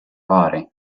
paari